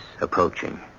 approaching